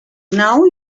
now